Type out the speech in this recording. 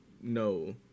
no